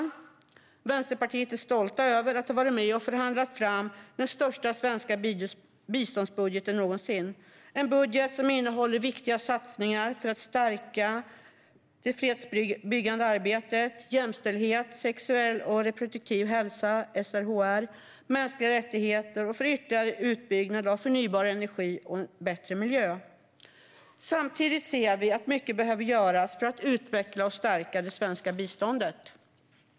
Vi i Vänsterpartiet är stolta över att ha varit med och förhandlat fram den största svenska biståndsbudgeten någonsin, en budget som innehåller viktiga satsningar för att stärka det fredsbyggande arbetet, jämställdhet, SRHR, mänskliga rättigheter, ytterligare utbyggnad av förnybar energi och en bättre miljö. Samtidigt ser vi att mycket behöver göras för att utveckla och stärka det svenska biståndet.